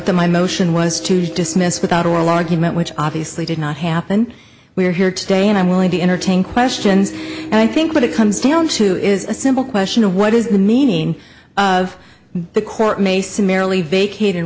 my motion was to dismiss without oral argument which obviously did not happen we are here today and i'm willing to entertain questions and i think what it comes down to is a simple question of what is the meaning of the court may summarily vacate